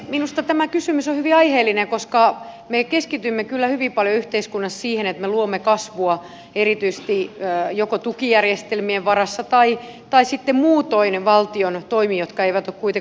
minusta tämä kysymys on hyvin aiheellinen koska me keskitymme kyllä hyvin paljon yhteiskunnassa siihen että me luomme kasvua erityisesti joko tukijärjestelmien varassa tai sitten muutoin valtion toimin jotka eivät ole kuitenkaan koulutuspoliittisia toimia